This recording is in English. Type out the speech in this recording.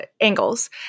angles